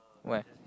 where